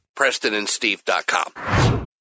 PrestonandSteve.com